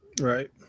Right